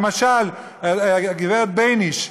למשל הגברת בייניש,